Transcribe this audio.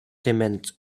dement